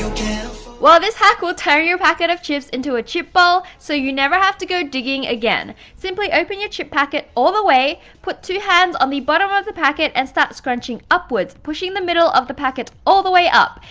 well this hack will turn your packet of chips into a chip bowl so you never have to go digging again. simply open your chip packet all the way put two hands on the bottom ah of the packet and start scrunching upwards pushing the middle of the packet all the way up.